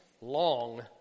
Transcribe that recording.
long